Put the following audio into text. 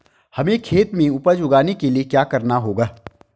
हमें खेत में उपज उगाने के लिये क्या करना होगा?